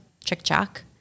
chick-chock